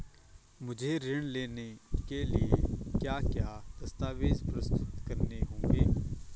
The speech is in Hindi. मुझे ऋण लेने के लिए क्या क्या दस्तावेज़ प्रस्तुत करने होंगे?